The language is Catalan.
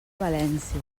valència